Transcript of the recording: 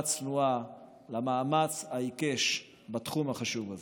צנועה למאמץ העיקש בתחום החשוב הזה.